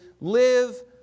live